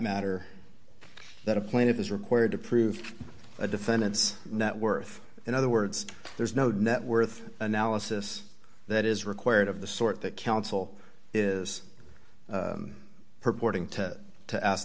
matter that a plane is required to prove a defendant's net worth in other words there's no net worth analysis that is required of the sort that counsel is purporting to to